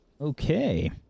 Okay